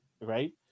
right